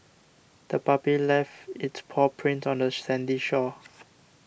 the puppy left its paw prints on the sandy shore